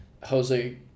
Jose